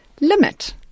limit